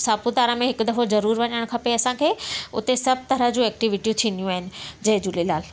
सापूतारा में हिकु दफ़ो ज़रूर वञणु खपे असांखे उते सभु तरहि जूं ऐक्टिविटियूं थींदियूं आहिनि जय झूलेलाल